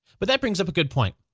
but that brings up a good point.